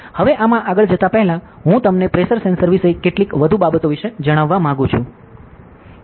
હવે આમાં આગળ જતા પહેલાં હું તમને પ્રેશર વિષે કેટલીક વધુ બાબતો વિશે જણાવવા માંગુ છું